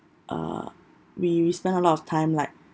uh we we spend a lot of time like